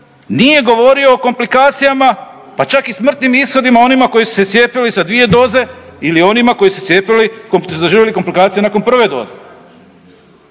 nije govorio o komplikacijama, pa čak i smrtnim ishodima onima koji su se cijepili sa dvije doze ili onima koji su se cijepili, koji su doživjeli komplikacije nakon prve doze.